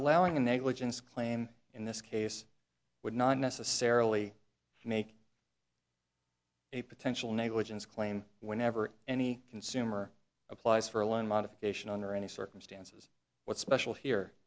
allowing the negligence claim in this case would not necessarily make a potential negligence claim whenever any consumer applies for a loan modification under any circumstances what's special here